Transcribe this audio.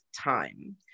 time